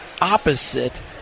opposite